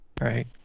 right